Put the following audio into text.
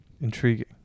Intriguing